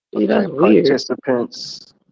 Participants